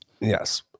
Yes